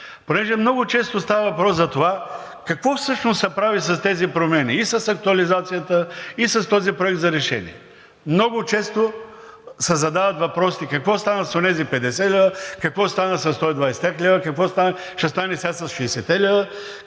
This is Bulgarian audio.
Понеже много често става въпрос за това какво всъщност се прави с тези промени – и с актуализацията, и с този проект за решение, много често се задават въпросите: какво стана с онези 50 лв., какво стана със 120-те лв., какво ще стане сега